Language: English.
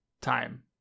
Time